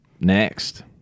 Next